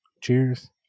Cheers